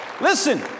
Listen